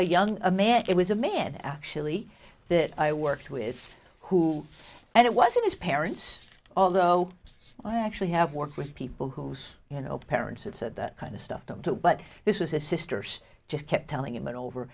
a young man it was a man actually that i worked with who and it wasn't his parents although i actually have worked with people whose you know parents have said that kind of stuff to do but this was a sister's just kept telling him it over